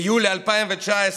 ביולי 2019,